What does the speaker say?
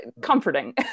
comforting